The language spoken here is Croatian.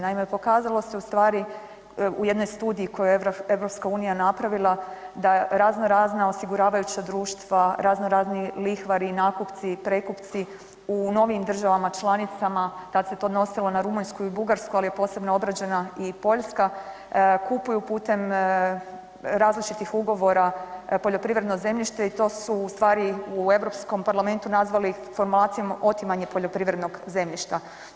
Naime, pokazalo se ustvari u jednoj studiji koju je EU napravila da razno razna osiguravajuća društva, razno razni lihvari i nakupci i prekupci u novijim državama članicama, tad se to odnosilo na Rumunjsku i Bugarsku, al je posebno obrađena i Poljska, kupuju putem različitih ugovora poljoprivredno zemljište i to su ustvari u Europskom parlamentu nazvali formulacijom otimanje poljoprivrednog zemljišta.